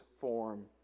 form